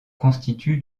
constitue